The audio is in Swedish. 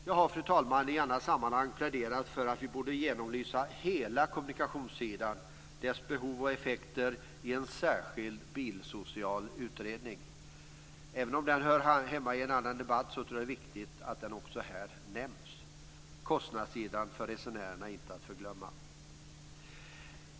Jag har, fru talman, i annat sammanhang pläderat för att vi borde genomlysa hela kommunikationssidan, dess behov och effekter, i en särskild bilsocial utredning. Även om den hör hemma i en annan debatt tror jag att det är viktigt att den nämns också här. Kostnadssidan för resenärerna inte att förglömma.